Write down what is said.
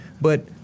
But-